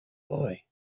boy